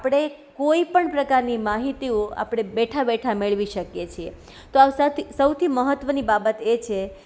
આપણે કોઈપણ પ્રકારની માહિતીઓ આપણે બેઠા બેઠા મેળવી શકીએ છીએ તો સૌથી મહત્વની બાબત એ છે